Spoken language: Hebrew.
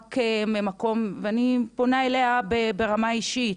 ואני פונה אליה ברמה האישית,